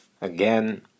Again